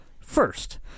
first